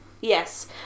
Yes